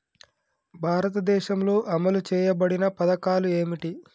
భారతదేశంలో అమలు చేయబడిన పథకాలు ఏమిటి?